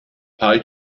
pye